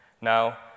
Now